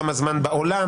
כמה זמן בעולם